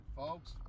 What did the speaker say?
folks